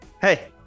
Hey